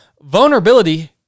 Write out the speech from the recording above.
vulnerability